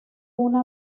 una